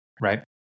right